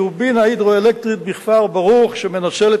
טורבינה הידרו-אלקטרית בכפר-ברוך שמנצלת